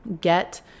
get